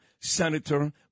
senator